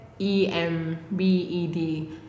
E-M-B-E-D